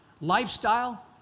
lifestyle